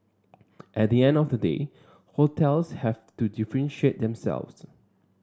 at the end of the day hotels have to differentiate themselves